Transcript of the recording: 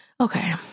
Okay